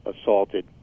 assaulted